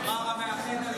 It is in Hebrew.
אמר המאחד הלאומי.